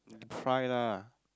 try lah